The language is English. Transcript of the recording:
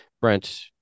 Brent